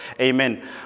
Amen